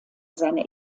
seine